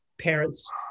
parents